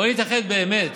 בואו נתאחד, באמת.